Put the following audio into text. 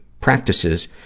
practices